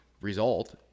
result